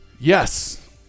Yes